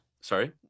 sorry